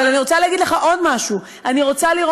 אבל אני רוצה להגיד לך עוד משהו: אני